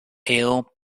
ale